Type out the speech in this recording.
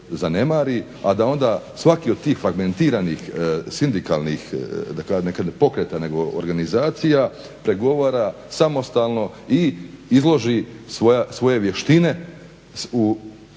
a da onda svaki od tih fragmentiranih sindikalnih pokreta nego organizacija pregovara samostalno i izloži svoje vještine u pregovorima